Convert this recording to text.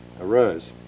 arose